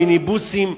מהמיניבוסים,